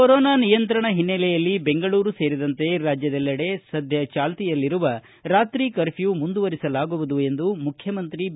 corona ನಿಯಂಕ್ರಣ ಹಿನ್ನೆಲೆಯಲ್ಲಿ ಬೆಂಗಳೂರು ಸೇರಿದಂತೆ ರಾಜ್ಯದೆಲ್ಲೆಡೆ ಸದ್ಯ ಚಾಲ್ತಿಯಲ್ಲಿರುವ ರಾತ್ರಿ ಕರ್ಮ್ಗೂ ಮುಂದುವರಿಸಲಾಗುವುದು ಎಂದು ಮುಖ್ಯಮಂತ್ರಿ ಬಿ